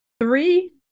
three